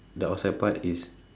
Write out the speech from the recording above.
the outside part is